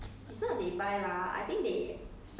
sometimes they buy bad show